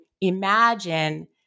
imagine